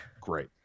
great